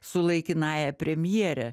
su laikinąja premjere